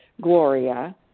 Gloria